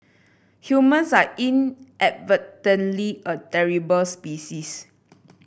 humans are inadvertently a terrible species